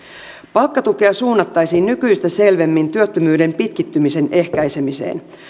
palkkatukea suunnattaisiin nykyistä selvemmin työttömyyden pitkittymisen ehkäisemiseen